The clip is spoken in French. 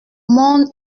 monde